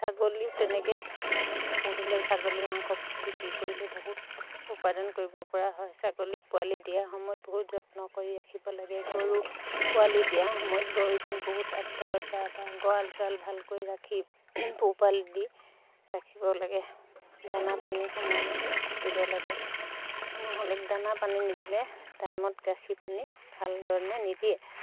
ছাগলীও তেনেকৈ পুহিলে ছাগলী মাংস বিক্ৰী কৰিলে বহুত উপাৰ্জন কৰিব পৰা হয় ছাগলী পোৱালি দিয়াৰ সময়ত বহুত যত্ন কৰি ৰাখিব লাগে গৰু পোৱালি দিয়া সময়ত গৰুজনী বহুত আপদালত বা বা গঁৰাল চৰাল ভালকৈ ৰাখি পোহপাল দি ৰাখিব লাগে দানা পানী সময়মতে দিব লাগে নহ'লে দানা পানী নিদিলে টাইমত গাখীৰ পানী ভাল ধৰণে নিদিয়ে